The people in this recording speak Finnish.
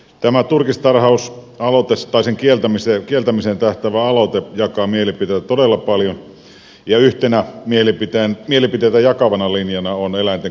tämä turkistarhauksen kieltämiseen tähtäävä aloite jakaa mielipiteitä todella paljon ja yhtenä mielipiteitä jakavana linjana on eläinten kohtelu tarhoilla